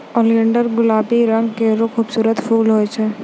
oleander गुलाबी रंग केरो खूबसूरत फूल होय छै